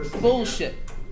bullshit